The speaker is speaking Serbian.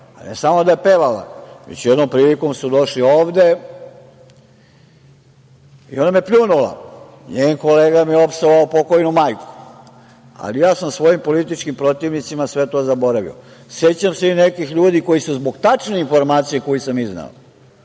Ne samo da je pevala, već su jednom prilikom došli ovde i ona me je pljunula, njen kolega mi je opsovao pokojnu majku. Ali, ja sam svojim političkim protivnicima sve to zaboravio. Sećam se i nekih ljudi koji su zbog tačne informacije koju sam izneo